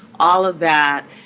all of that